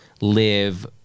live